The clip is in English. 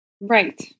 Right